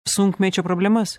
sunkmečio problemas